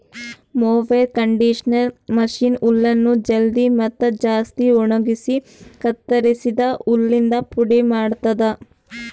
mower conditioner machine ಹುಲ್ಲನ್ನು ಜಲ್ದಿ ಮತ್ತ ಜಾಸ್ತಿ ಒಣಗುಸಿ ಕತ್ತುರಸಿದ ಹುಲ್ಲಿಂದ ಪುಡಿ ಮಾಡ್ತುದ